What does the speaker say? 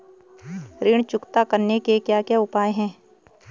ऋण चुकता करने के क्या क्या उपाय हैं?